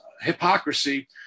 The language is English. hypocrisy